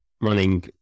running